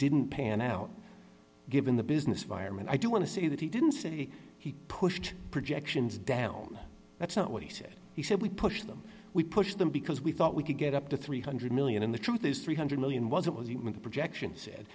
didn't pan out given the business environment i don't want to say that he didn't say he pushed projections down that's not what he said he said we pushed them we pushed them because we thought we could get up to three hundred million and the truth is three hundred million was it was when the projections said